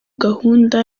gahunda